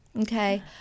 okay